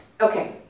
Okay